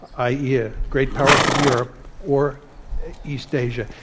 i. e. a great power from europe or east asia,